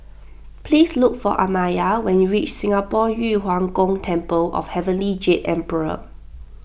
please look for Amaya when you reach Singapore Yu Huang Gong Temple of Heavenly Jade Emperor